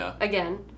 again